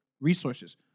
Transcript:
resources